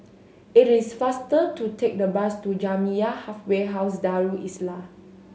it is faster to take the bus to Jamiyah Halfway House Darul Islah